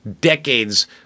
decades